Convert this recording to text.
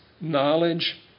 knowledge